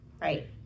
Right